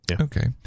Okay